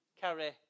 carry